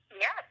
Yes